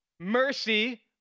mercy